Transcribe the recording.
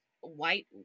white